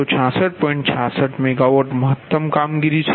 66 MW મહત્તમ કામગીરી છે